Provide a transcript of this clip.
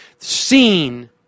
seen